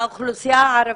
האוכלוסייה הערבית,